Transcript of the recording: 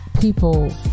people